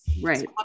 Right